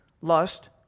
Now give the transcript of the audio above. lust